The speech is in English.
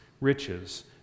riches